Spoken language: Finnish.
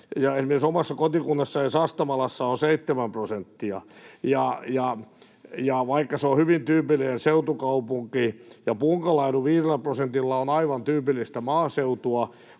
Esimerkiksi omassa kotikunnassani Sastamalassa on seitsemän prosenttia, vaikka se on hyvin tyypillinen seutukaupunki, ja Punkalaidun viidellä prosentilla on aivan tyypillistä maaseutua.